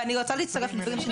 ואני רוצה להצטרף לדברים,